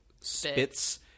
spits